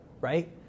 right